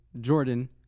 Jordan